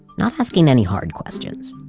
not asking any hard questions.